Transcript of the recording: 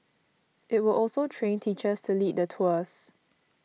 it will also train teachers to lead the tours